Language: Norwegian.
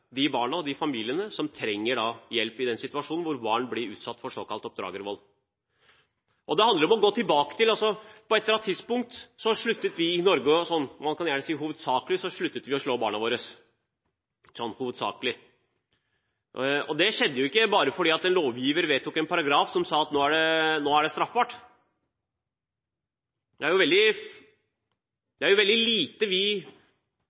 hvor barn blir utsatt for såkalt oppdragervold. Det handler om å gå tilbake. På et eller annet tidspunkt sluttet vi i Norge – hovedsakelig, kan man gjerne si – å slå barna våre. Det skjedde ikke bare fordi lovgiver vedtok en paragraf som sa at nå er det straffbart. Det er veldig lite vi gjør eller lar være å gjøre kun fordi en paragraf sier det. Som regel må det også til en indre endring. Vi